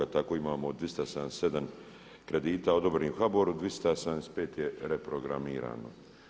Tako imamo 277 kredita odobrenih u HBOR-u, 275 je reprogramirano.